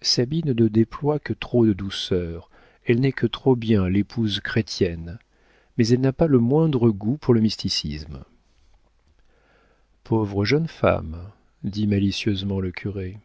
sabine ne déploie que trop de douceur elle n'est que trop bien l'épouse chrétienne mais elle n'a pas le moindre goût pour le mysticisme pauvre jeune femme dit malicieusement le curé